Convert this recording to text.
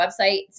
website